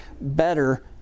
better